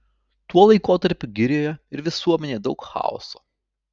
tuo laikotarpiu girioje ir visuomenėje daug chaoso